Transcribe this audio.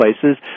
places